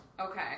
Okay